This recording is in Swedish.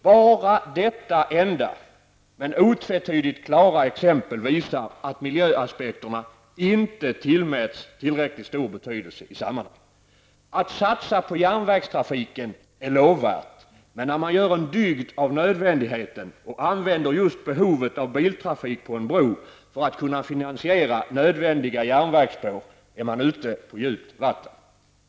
Bara detta enda, men otvetydigt klara, exempel visar att miljöaspekterna inte tillmätts tillräckligt stor betydelse i sammahanget. Att satsa på järnvägstrafiken är lovvärt, men när man gör en dygd av nödvändigheten och använder just behovet av biltrafik på en bro för att kunna finansiera nödvändiga järnvägsspår är man ute på djupt vatten.